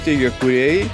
teigia kūrėjai